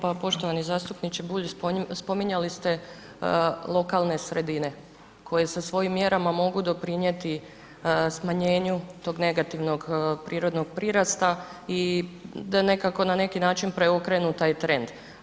Pa poštovani zastupniče Bulj spominjali ste lokalne sredine koje sa svojim mjerama mogu doprinijeti smanjenju tog negativnog prirodnog prirasta i da nekako na neki način preokrenu taj trend.